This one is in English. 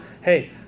hey